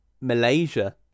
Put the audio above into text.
malaysia